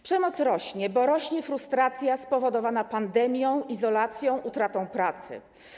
Przemoc rośnie, bo rośnie frustracja spowodowana pandemią, izolacją, utratą pracy.